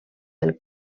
del